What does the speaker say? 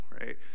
right